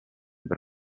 per